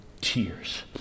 tears